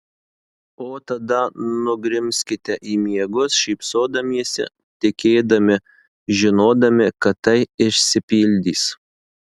o tada nugrimzkite į miegus šypsodamiesi tikėdami žinodami kad tai išsipildys